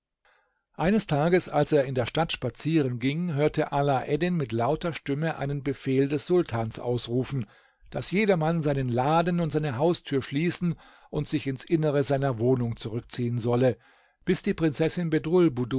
eines tages als er in der stadt spazieren ging hörte alaeddin mit lauter stimme einen befehl des sultans ausrufen daß jedermann seinen laden und seine haustür schließen und sich ins innere seiner wohnung zurückziehen solle bis die prinzessin